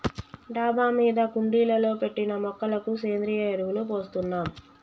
డాబా మీద కుండీలలో పెట్టిన మొక్కలకు సేంద్రియ ఎరువులు పోస్తున్నాం